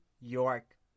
York